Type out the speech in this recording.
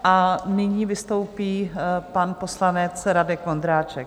A nyní vystoupí pan poslanec Radek Vondráček.